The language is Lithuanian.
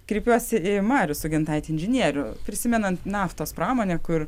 kreipiuosi į marių sugintaitį inžinierių prisimenant naftos pramonę kur